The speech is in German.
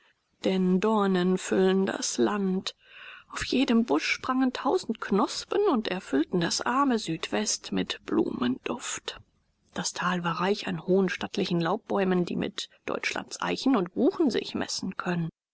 denn dornen füllen das land auf jedem busch sprangen tausend knospen und erfüllten das arme südwest mit blumenduft das tal war reich an hohen stattlichen laubbäumen die mit deutschlands eichen und buchen sich messen können